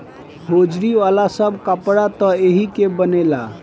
hosiery वाला सब कपड़ा त एही के बनेला